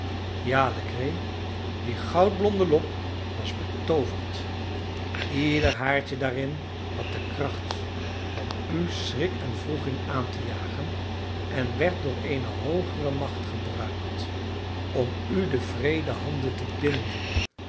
ja legree die goudblonde lok was betooverd ieder haartje daarin had de kracht om u schrik en wroeging aan te jagen en werd door een hoogere macht gebruikt om u de wreede handen te binden